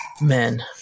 Men